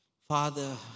Father